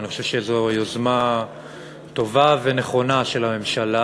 ואני חושב שזו יוזמה טובה ונכונה של הממשלה,